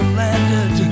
landed